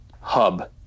hub